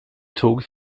tog